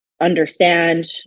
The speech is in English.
understand